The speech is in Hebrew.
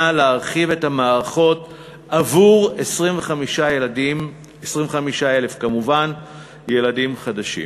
להרחיב את המערכות עבור 25,000 ילדים חדשים.